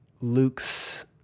Luke's